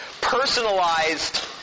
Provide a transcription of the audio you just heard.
personalized